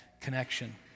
connection